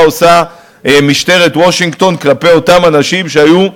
עושה משטרת וושינגטון כלפי אותם אנשים שהיו,